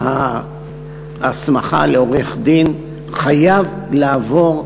ההסמכה לעריכת-דין, חייב לעבור,